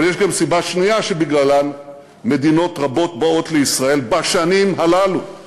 אבל יש גם סיבה שנייה שבגללה מדינות רבות באות לישראל בשנים הללו,